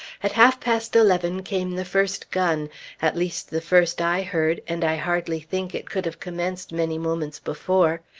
at half-past eleven came the first gun at least the first i heard, and i hardly think it could have commenced many moments before.